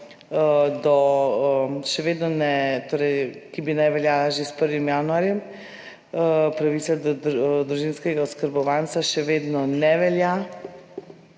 do še vedno ne, torej, ki bi naj veljala že s 1. januarjem, pravica do družinskega oskrbovanca še vedno ne velja,